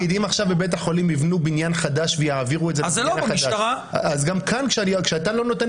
הרי אם עשינו את הדבר הזה למה כל כך התנגדנו